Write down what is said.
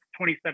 2017